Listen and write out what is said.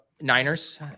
Niners